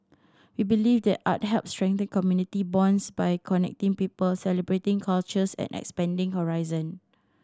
we believe that art helps strengthen community bonds by connecting people celebrating cultures and expanding horizon